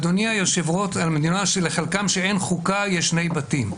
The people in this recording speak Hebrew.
אדוני היושב-ראש, לחלקן שאין חוקה, יש שני בתים.